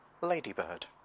Ladybird